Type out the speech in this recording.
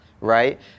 right